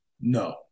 No